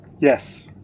Yes